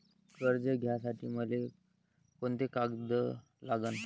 कर्ज घ्यासाठी मले कोंते कागद लागन?